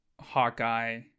Hawkeye